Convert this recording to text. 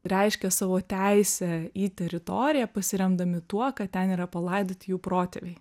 reiškia savo teisę į teritoriją pasiremdami tuo kad ten yra palaidoti jų protėviai